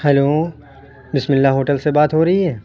hello Bismillah hotel سے بات ہو رہی ہے